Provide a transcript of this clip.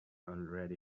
already